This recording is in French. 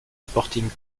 sporting